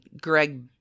Greg